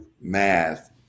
math